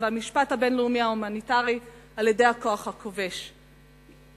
והמשפט הבין-לאומי ההומניטרי על-ידי הכוח הכובש".